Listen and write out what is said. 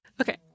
Okay